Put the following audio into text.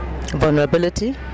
vulnerability